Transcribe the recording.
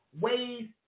ways